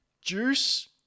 juice